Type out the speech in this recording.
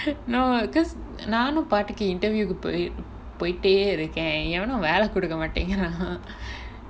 no because நானு பாடுக்கு:nanu paadukku interview கு போயிருனு போய்டே இருக்க எவனும் வேல குடுக்கமாடிங்குறான்:ku poyirunnu poyitae irukka evanum vela kudukamaatinguraan